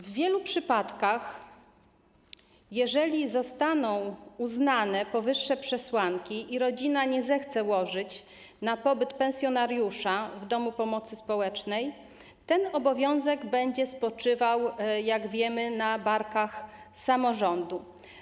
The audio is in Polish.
W wielu przypadkach, jeżeli zostaną uznane powyższe przesłanki i rodzina nie zechce łożyć na pobyt pensjonariusza w domu pomocy społecznej, ten obowiązek będzie spoczywał, jak wiemy, na barkach samorządu.